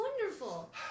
wonderful